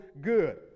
good